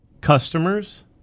customers